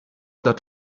that